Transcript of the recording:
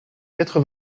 quatre